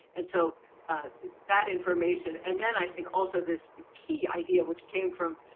and so that information and then i think also this key idea which came from,